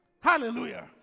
Hallelujah